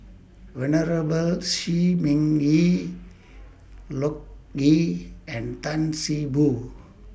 Venerable Shi Ming Yi Loke Yew and Tan See Boo